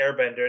Airbender